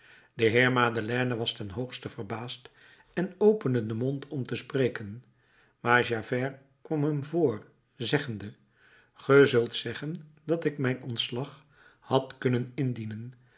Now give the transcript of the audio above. de heer madeleine was ten hoogste verbaasd en opende den mond om te spreken maar javert kwam hem voor zeggende ge zult zeggen dat ik mijn ontslag had kunnen indienen